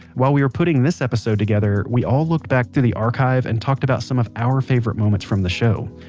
while we were putting this episode together, we all looked back through the archive and talked about some of our favorite moments from the show.